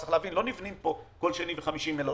צריך להבין שלא נבנים כאן כל שני וחמישי בתי מלון,